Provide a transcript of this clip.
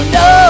no